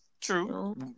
True